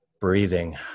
breathing